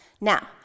Now